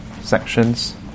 sections